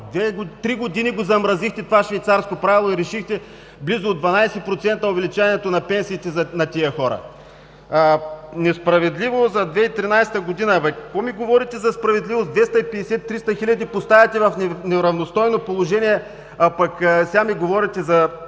Три години замразихте това Швейцарско правило и лишихте близо 12% увеличение на пенсиите на тези хора. „Несправедливо за 2013 г.“ Какво ми говорите за справедливост? 250 – 300 хиляди души поставяте в неравностойно положение, а ми говорите за